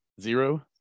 Zero